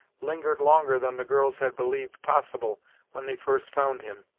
lingered longer than the girls had believed possible when they first found him.